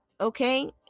Okay